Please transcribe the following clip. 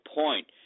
point